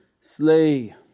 slay